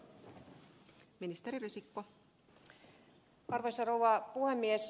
arvoisa rouva puhemies